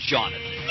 Jonathan